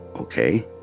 okay